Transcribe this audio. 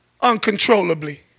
uncontrollably